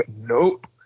Nope